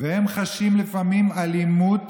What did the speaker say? והם חשים לפעמים אלימות,